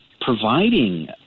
providing